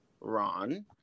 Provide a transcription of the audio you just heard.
ron